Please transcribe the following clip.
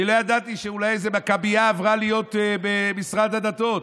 אני לא ידעתי שאולי איזו מכביה עברה להיות במשרד הדתות.